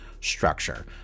structure